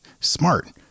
Smart